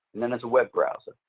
and then there's a web browser.